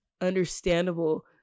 understandable